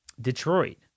Detroit